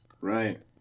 Right